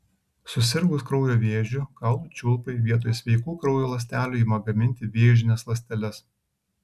susirgus kraujo vėžiu kaulų čiulpai vietoj sveikų kraujo ląstelių ima gaminti vėžines ląsteles